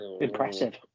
Impressive